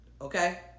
Okay